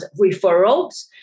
referrals